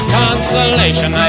consolation